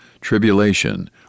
tribulation